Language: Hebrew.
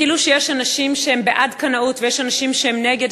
כאילו שיש אנשים שהם בעד קנאות ויש אנשים שהם נגד,